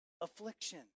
affliction